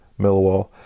Millwall